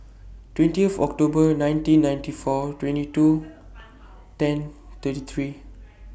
twentieth October nineteen ninety four twenty two ten thirty three